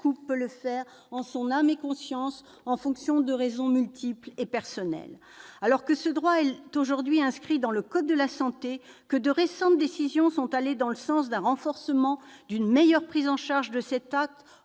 couple peut le faire en son âme et conscience, en fonction de raisons multiples et personnelles. Alors que ce droit est aujourd'hui inscrit dans le code de la santé publique et que de récentes décisions sont allées dans le sens d'un renforcement, d'une meilleure prise en charge de l'IVG-